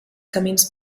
camins